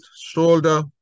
shoulder